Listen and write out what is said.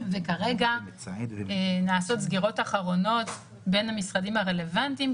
כרגע נעשות סגירות אחרונות בין המשרדים הרלוונטיים,